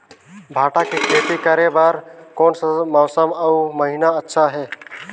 भांटा के खेती करे बार कोन सा मौसम अउ महीना अच्छा हे?